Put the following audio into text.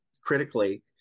critically